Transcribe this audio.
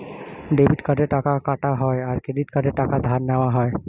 debit কার্ডে টাকা কাটা হয় আর ক্রেডিট কার্ডে টাকা ধার নেওয়া হয়